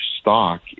stock